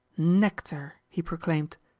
nectar! he proclaimed.